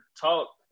talk